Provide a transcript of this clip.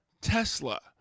Tesla